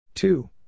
Two